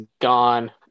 gone